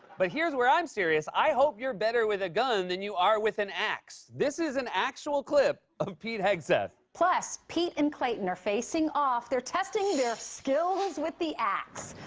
but here's where i'm serious. i hope you're better with a gun than you are with an axe. this is an actual clip of pete hegseth. plus, pete and clayton are facing off. they're testing their skills with the axe.